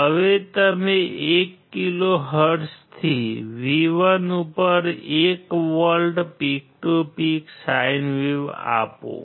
હવે તમે 1 કિલોહર્ટ્ઝથી V1 ઉપર 1 volt peak to peak sine wave આપો